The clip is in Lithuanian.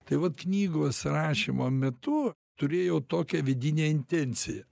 tai vat knygos rašymo metu turėjau tokią vidinę intenciją